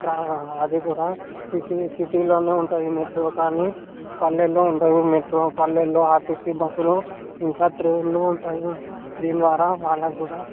ట్రా అది కూడా సిటీ సిటీలోనే ఉంటుంది మెట్రో కానీ పల్లెల్లో ఉండదు మెట్రో పల్లెలు ఆర్టీసి బస్సులు ఇంకా ట్రైన్లు ఉంటాయి దీని ద్వారా వాళ్ళకి కూడా